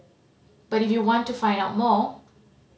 but if you want to find out more